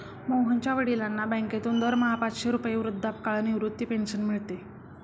मोहनच्या वडिलांना बँकेतून दरमहा पाचशे रुपये वृद्धापकाळ निवृत्ती पेन्शन मिळते